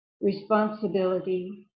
responsibility